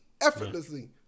effortlessly